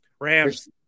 Rams